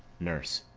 nurse.